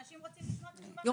אנשים רוצים לשמוע תשובה.